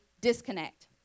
disconnect